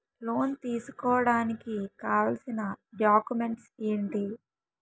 Loan తీసుకోడానికి కావాల్సిన documents ఎంటి?